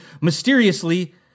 mysteriously